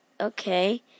okay